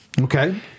okay